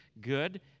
good